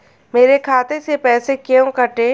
मेरे खाते से पैसे क्यों कटे?